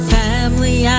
family